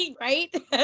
Right